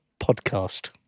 podcast